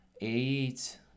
eight